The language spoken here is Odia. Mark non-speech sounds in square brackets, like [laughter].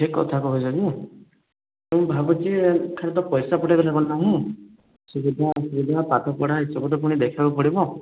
ଠିକ କଥା କହୁଛ ଯେ ମୁଁ ଭାବୁଛି ଖାଲି ତ ପଇସା ପଠାଇଦେଲେ ହେବନାହିଁ ନା ମୁଁ [unintelligible] ପାଠ ପଢ଼ା ଏଇ ସବୁ ତ ପୁଣି ଦେଖିବାକୁ ପଡ଼ିବ